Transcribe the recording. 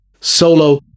solo